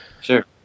Sure